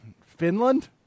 Finland